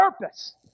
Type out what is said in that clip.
purpose